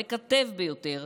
המקטב ביותר,